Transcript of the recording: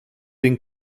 den